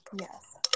Yes